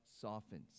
softens